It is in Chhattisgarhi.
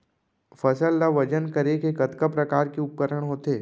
फसल ला वजन करे के कतका प्रकार के उपकरण होथे?